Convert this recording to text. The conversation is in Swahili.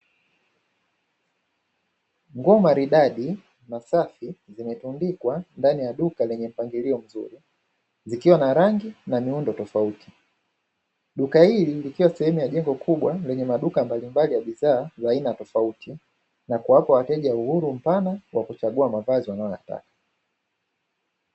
Nguo maridadi na safi zimetundikwa ndani ya duka lenye mpangilio nzuri, zikiwa na rangi na miundo tofauti. Duka hili likiwa sehemu ya jengo kubwa lenye maduka mbalimbali ya bidhaa za aina tofauti na kuwapa wateja uhuru mpana wa kuchagua mavazi wanayoyataka.